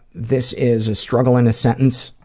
this is a struggle in a sentence,